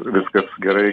viskas gerai